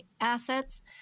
assets